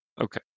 Okay